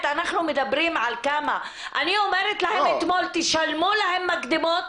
אני אומרת להם - תשלמו להן מקדמות,